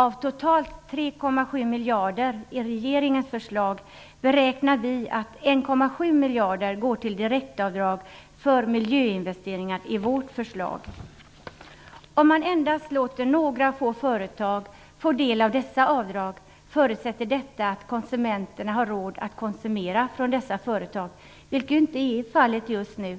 Av totalt 3,7 miljarder i regeringens förslag beräknar vi att 1,7 miljarder går till direktavdrag för miljöinvesteringar i vårt förslag. Om man endast låter några få företag få del av dessa avdrag förutsätter detta att konsumenterna har råd att konsumera från dessa företag, vilket ju inte är fallet just nu.